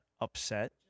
upset